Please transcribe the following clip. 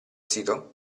sito